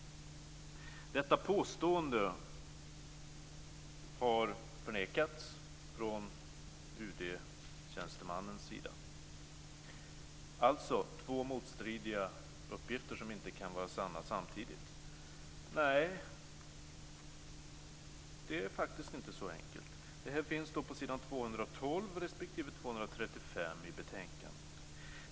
Detta påstående har förnekats från UD tjänstemannens sida. Alltså två motstridiga uppgifter, som inte kan vara sanna samtidigt. Det är faktiskt inte så enkelt. Detta finns på s. 212 respektive s. 235 i betänkandet.